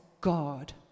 God